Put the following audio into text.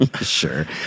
Sure